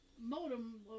modem